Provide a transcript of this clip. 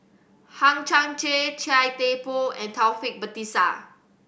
Hang Chang Chieh Chia Thye Poh and Taufik Batisah